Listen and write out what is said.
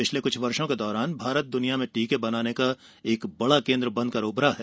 पिछले कुछ वर्षों के दौरान भारत दुनिया में टीके बनाने का एक बड़ा केंद्र बन कर उभरा है